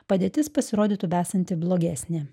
padėtis pasirodytų besanti blogesnė